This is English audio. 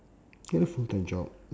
ya full time job